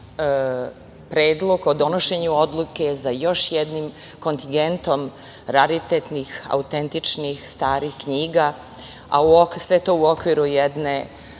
predlog o donošenju odluke za još jednim kontingentom raritetnih, autentičnih, starih knjiga, a sve to u okviru jedne